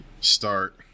start